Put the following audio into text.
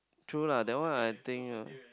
true lah that one I think ah